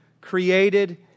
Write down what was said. created